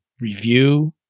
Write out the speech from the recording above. review